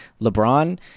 lebron